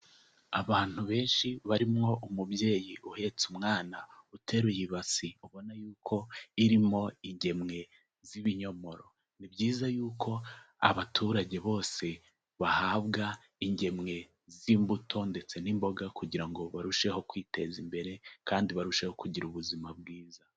Abantu benshi barimo umubyeyi uhetse umwana, uteruye ibasi ubona y'uko irimo ingemwe z'ibinyomoro, ni byiza y'uko abaturage bose bahabwa ingemwe z'imbuto ndetse n'imboga kugira ngo barusheho kwiteza imbere kandi barusheho kugira ubuzima bwiza.